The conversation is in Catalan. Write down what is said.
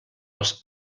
als